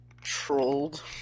Trolled